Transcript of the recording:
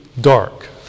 dark